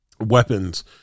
weapons